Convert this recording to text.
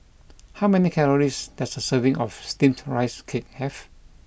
how many calories does a serving of Steamed Rice Cake have